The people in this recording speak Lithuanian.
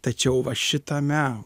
tačiau va šitame